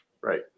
Right